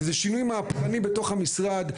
שזה שינוי מהפכני בתוך המשרד,